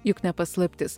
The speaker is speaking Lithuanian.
juk ne paslaptis